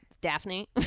Daphne